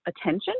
Attention